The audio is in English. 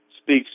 speaks